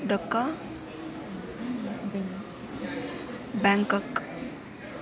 Dhaka Bangkok